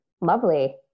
lovely